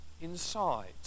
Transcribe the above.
inside